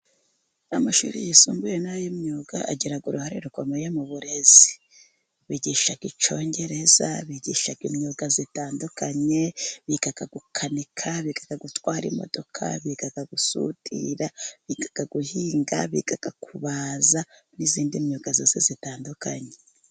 amashuri yisumbuye n'ay'imyuga agira uruhare rukomeye mu burezi, bigisha icyongereza bigisha imyuga itandukanye, biga gukanika biga gutwara imodoka biga gusudira biga guhinga biga kubaza n'indi myuga yose itandukanye.